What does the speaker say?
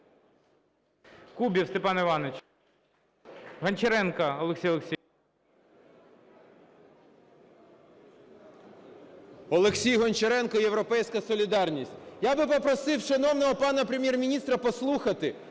Олексій Гончаренко, "Європейська солідарність". Я би попросив шановного пана Прем'єр-міністра послухати,